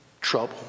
trouble